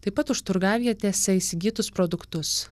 taip pat už turgavietėse įsigytus produktus